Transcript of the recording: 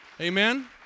Amen